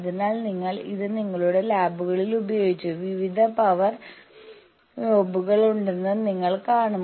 അതിനാൽ നിങ്ങൾ ഇത് നിങ്ങളുടെ ലാബുകളിൽ ഉപയോഗിച്ചു വിവിധ പവർ നോബുകൾ ഉണ്ടെന്ന് നിങ്ങൾ കാണും